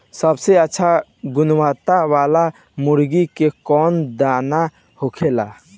सबसे अच्छा गुणवत्ता वाला मुर्गी के कौन दाना होखेला?